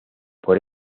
por